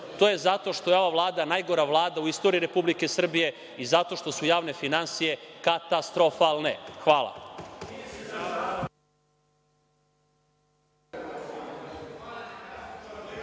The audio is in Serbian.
To je zato što je ova Vlada najgora Vlada u istoriji Republike Srbije i zato što su javne finansije katastrofalne. Hvala.